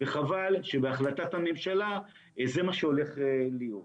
חבל שבהחלטת הממשלה זה מה שהולך להיות.